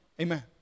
Amen